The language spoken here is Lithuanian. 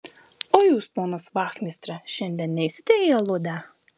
o jūs ponas vachmistre šiandien neisite į aludę